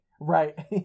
Right